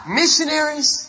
missionaries